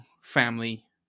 family